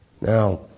Now